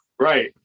right